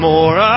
More